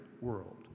world